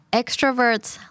extroverts